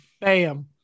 Bam